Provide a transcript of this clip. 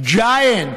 giant,